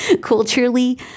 culturally